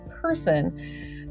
person